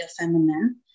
feminine